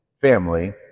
family